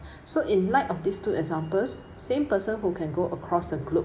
so in light of these two examples same person who can go across the globe